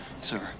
sir